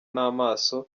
n’amaso